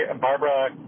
Barbara